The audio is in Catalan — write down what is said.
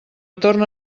torne